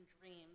dreams